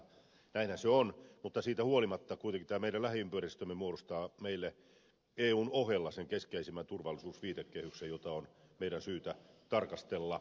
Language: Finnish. näinhän se on mutta kuitenkin siitä huolimatta tämä meidän lähiympäristömme muodostaa meille eun ohella sen keskeisimmän turvallisuusviitekehyksen jota meidän on syytä tarkastella